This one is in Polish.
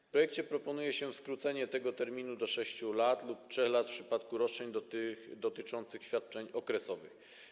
W projekcie proponuje się skrócenie tego terminu do 6 lat lub do 3 lat w przypadku roszczeń dotyczących świadczeń okresowych.